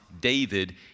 David